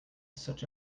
such